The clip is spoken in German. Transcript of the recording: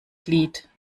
glied